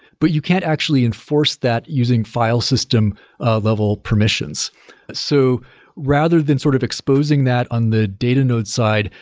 but you can't actually enforce that using file system ah level permissions so rather than sort of exposing that on the data nodes side,